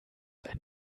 ein